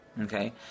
Okay